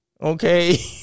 Okay